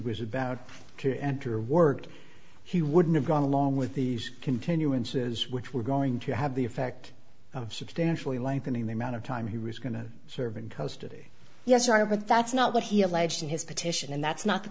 was about to enter worked he wouldn't have gone along with the continuances which were going to have the effect of substantially lengthening the amount of time he was going to serve in coast today yes or no but that's not what he alleged in his petition and that's not the